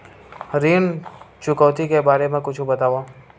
ऋण चुकौती के बारे मा कुछु बतावव?